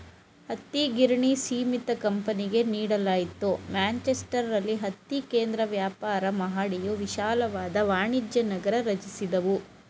ಹತ್ತಿಗಿರಣಿ ಸೀಮಿತ ಕಂಪನಿಗೆ ನೀಡಲಾಯ್ತು ಮ್ಯಾಂಚೆಸ್ಟರಲ್ಲಿ ಹತ್ತಿ ಕೇಂದ್ರ ವ್ಯಾಪಾರ ಮಹಡಿಯು ವಿಶಾಲವಾದ ವಾಣಿಜ್ಯನಗರ ರಚಿಸಿದವು